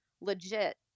legit